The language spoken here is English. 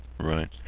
Right